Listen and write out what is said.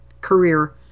career